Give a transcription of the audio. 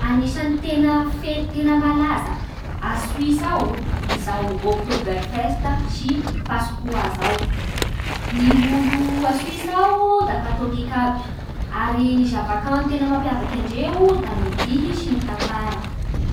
Anisan'ny fety tena malaza a Soisa ao izao oktober festa sy paskua zao Ny olo a Soisa ao da katôlika aby ary ny zava-kanto tena mampiavaky andreo da ny dihy sy ny tantara